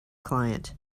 client